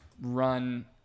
run